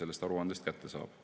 sellest aruandest kätte saab.